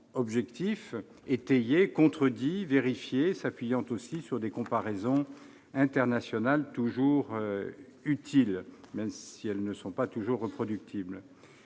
objectifs, étayés, contredits, vérifiés et s'appuyant sur des comparaisons internationales toujours utiles, même si elles ne sont pas systématiquement reproductibles.